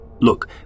Look